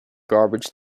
garbage